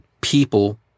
people